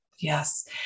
Yes